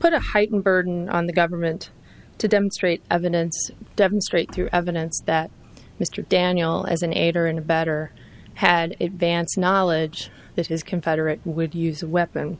put a heightened burden on the government to demonstrate evidence demonstrate through evidence that mr daniel as an aider and abettor had advance knowledge that his confederates would use a weapon